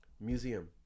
Museum